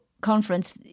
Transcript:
conference